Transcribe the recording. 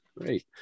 Great